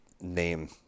name